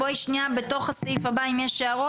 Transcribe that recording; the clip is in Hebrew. בתוך הסעיף הבא אם יש הערות,